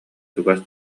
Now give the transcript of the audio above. чугас